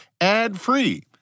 ad-free